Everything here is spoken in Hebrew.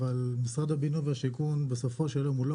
אבל משרד הבינוי והשיכון בסופו של יום הוא לא